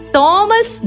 Thomas